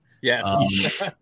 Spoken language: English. Yes